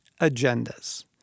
agendas